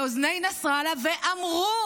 לאוזני נסראללה, ואמרו